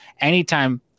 Anytime